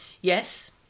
yes